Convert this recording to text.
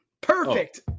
Perfect